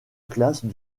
classent